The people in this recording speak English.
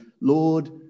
Lord